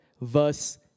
verse